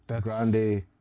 grande